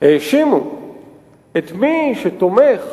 האשימו את מי שתומך